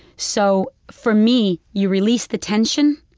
so for me, you release the tension,